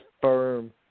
firm